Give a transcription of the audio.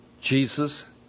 Jesus